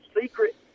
secret